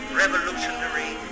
revolutionary